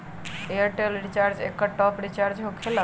Airtel recharge एकर top off recharge होकेला?